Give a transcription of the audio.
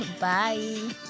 Bye